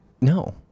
No